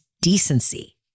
decency